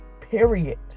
period